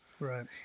Right